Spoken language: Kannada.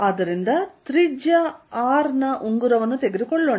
ಆದ್ದರಿಂದ ನಾವು ತ್ರಿಜ್ಯ R ನ ಉಂಗುರವನ್ನು ತೆಗೆದುಕೊಳ್ಳೋಣ